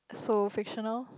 so fictional